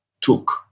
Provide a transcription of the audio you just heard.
took